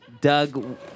Doug